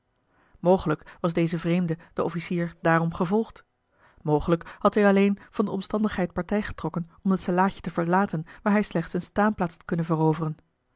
mogelijk was deze vreemde den officier daarom gevolgd mogelijk had hij alleen van de omstandigheid partij getrokken om de stellaadje te verlaten waar hij slechts eene staanplaats had kunnen veroveren